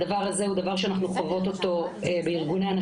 אם אנחנו מנסים להתמודד על כל מיני מכרזים ממשלתיים